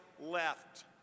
left